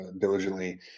diligently